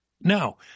Now